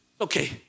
Okay